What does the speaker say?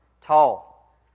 Tall